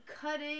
cutting